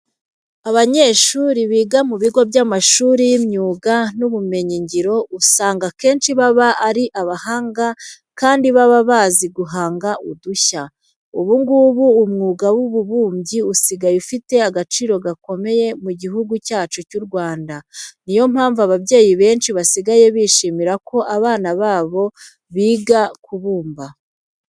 Abanyeshuri biga mu bigo by'amashuri y'imyuga n'ubumenyingiro usanga akenshi baba ari abahanga kandi baba bazi guhanga udushya. Ubu ngubu umwuga w'ububumbyi usigaye ufite agaciro gakomeye mu Gihugu cyacu cy'u Rwanda. Ni yo mpamvu ababyeyi benshi basigaye bishimira ko abana babo biga kubumba.